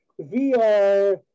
VR